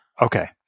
Okay